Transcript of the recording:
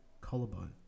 collarbone